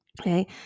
okay